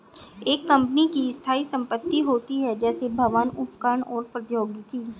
एक कंपनी की स्थायी संपत्ति होती हैं, जैसे भवन, उपकरण और प्रौद्योगिकी